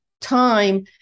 time